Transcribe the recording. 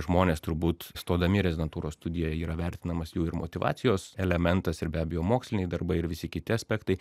žmonės turbūt stodami į rezidentūros studiją yra vertinamas jų ir motyvacijos elementas ir be abejo moksliniai darbai ir visi kiti aspektai